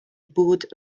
بود